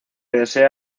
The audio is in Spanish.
desea